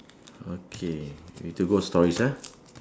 okay we to go stories ah